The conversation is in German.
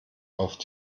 auf